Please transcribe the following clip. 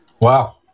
Wow